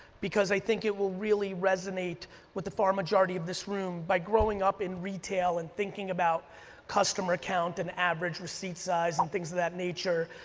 because i think it will really resonate with the far majority of this room by growing up in retail and thinking about customer account and average receipt size and things of that nature.